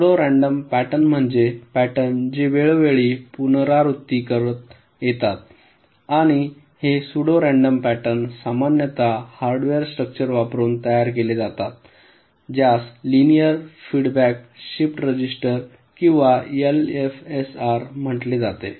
pseudo random pattern म्हणजे pattern जे वेळोवेळी पुनरावृत्ती करता येतात आणि हे स्यूडो रँडम पॅटर्न सामान्यत हार्डवेअर स्ट्रक्चर वापरून तयार केले जातात ज्यास लिनिअर फीडबॅक शिफ्ट रजिस्टर किंवा एलएफएसआर म्हटले जाते